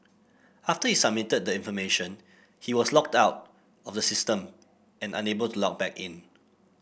after he submitted the information he was logged out of the system and unable to log back in